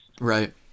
Right